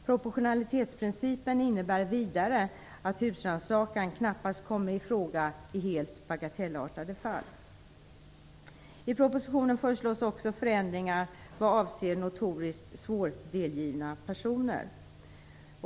Proportionalitetsprincipen innebär vidare att husrannsakan knappast kommer i fråga i helt bagatellartade fall. I propositionen föreslås också förändringar vad avser notoriskt svårdelgivna personer.